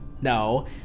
No